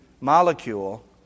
molecule